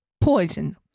Poison